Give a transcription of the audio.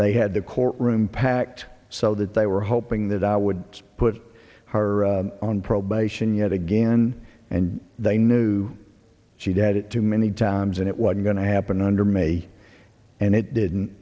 they had the court room packed so that they were hoping that i would put her on probation yet again and they knew she did it too many times and it was going to happen under me and it didn't